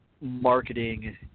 marketing